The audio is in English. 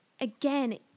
again